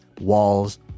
walls